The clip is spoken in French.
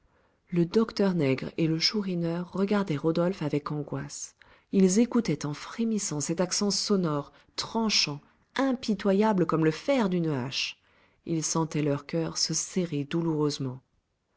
le docteur nègre et le chourineur regardaient rodolphe avec angoisse ils écoutaient en frémissant cet accent sonore tranchant impitoyable comme le fer d'une hache ils sentaient leur coeur se serrer douloureusement